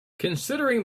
considering